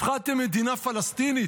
הפחדתם מפני מדינה פלסטינית.